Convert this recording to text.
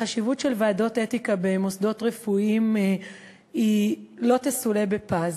החשיבות של מוסדות אתיקה במוסדות רפואיים לא תסולא בפז.